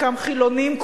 חלקם חילונים,